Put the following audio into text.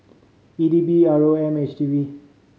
E D B R O M H D B